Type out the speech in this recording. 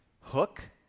Hook